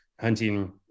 hunting